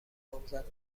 نامزد